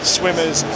swimmers